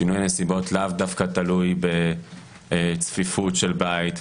שינוי הנסיבות לאו דווקא תלוי בצפיפות של בית בארץ,